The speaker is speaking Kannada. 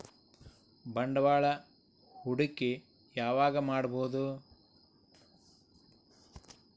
ಬಂಡವಾಳ ಹೂಡಕಿ ಯಾವಾಗ್ ಮಾಡ್ಬಹುದು?